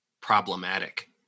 problematic